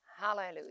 Hallelujah